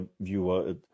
viewer